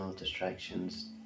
distractions